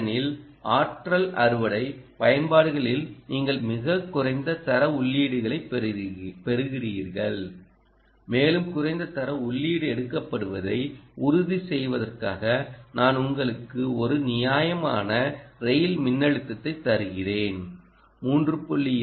ஏனெனில் ஆற்றல் அறுவடை பயன்பாடுகளில் நீங்கள் மிகக் குறைந்த தர உள்ளீடுகளைப் பெறுகிறீர்கள் மேலும் குறைந்த தர உள்ளீடு எடுக்கப்படுவதை உறுதி செய்வதற்காக நான் உங்களுக்கு ஒரு நியாயமான ரெய்ல் மின்னழுத்தத்தை தருகிறேன் 3